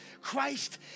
Christ